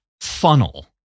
funnel